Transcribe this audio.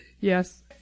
Yes